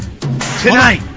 Tonight